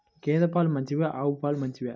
గేద పాలు మంచివా ఆవు పాలు మంచివా?